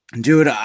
dude